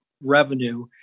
revenue